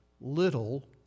Little